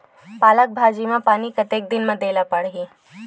पालक भाजी म पानी कतेक दिन म देला पढ़ही?